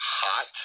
Hot